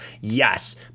yes